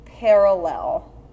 Parallel